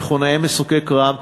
אני זקוק למכונאי מסוקי קרב,